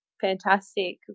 fantastic